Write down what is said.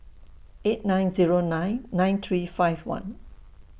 eight nine Zero nine nine three five one